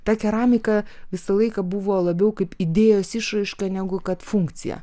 ta keramika visą laiką buvo labiau kaip idėjos išraiška negu kad funkcija